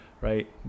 right